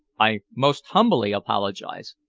i most humbly apologize.